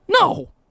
No